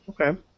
Okay